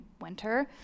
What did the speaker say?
winter